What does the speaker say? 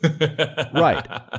right